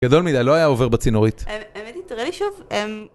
גדול מדי, לא היה עובר בצינורית. האמת היא, תראה לי שוב.